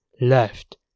left